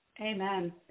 Amen